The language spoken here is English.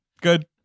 Good